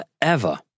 forever